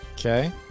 Okay